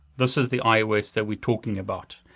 this is the ios that we're talking about.